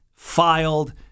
filed